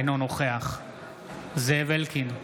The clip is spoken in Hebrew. אינו נוכח זאב אלקין,